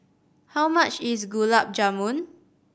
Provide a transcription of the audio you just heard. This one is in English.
how much is Gulab Jamun